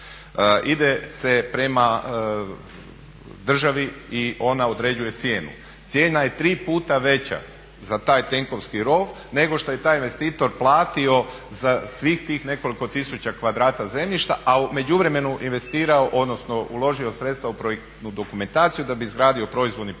ide se prema državi i ona određuje cijenu. Cijena je tri puta veća za taj tenkovski rov nego što je taj investitor platio za svih tih nekoliko tisuća kvadrata zemljišta a u međuvremenu investirao odnosno uložio sredstva u projektnu dokumentaciju da bi izgradio proizvodni pogon na